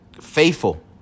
Faithful